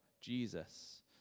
Jesus